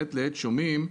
שומעים,